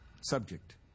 Subject